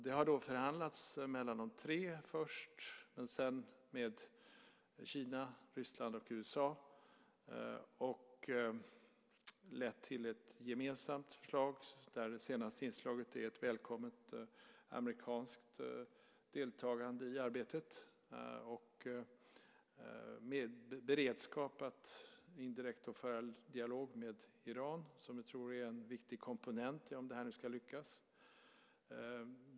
Det har förhandlats först mellan de tre och mellan Kina, Ryssland och USA och det har lett till ett gemensamt förslag där det senaste inslaget är ett välkommet amerikanskt deltagande i arbetet med beredskap att indirekt föra en dialog med Iran. Jag tror att det är en viktig komponent om detta nu ska lyckas.